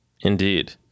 Indeed